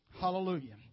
Hallelujah